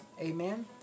Amen